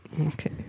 Okay